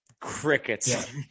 Crickets